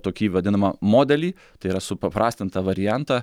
tokį vadinamą modelį tai yra supaprastintą variantą